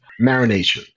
marination